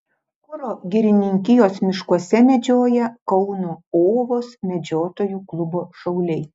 kuro girininkijos miškuose medžioja kauno ovos medžiotojų klubo šauliai